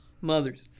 Mothers